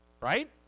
right